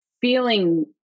feeling